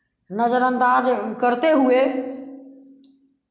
नज़रअंदाज़ करते हुए